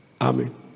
Amen